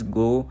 go